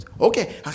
Okay